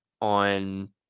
on